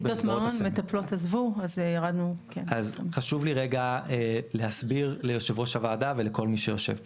חשוב לי רגע להסביר ליושב-ראש הוועדה ולכל מי שיושב פה.